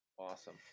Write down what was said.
Awesome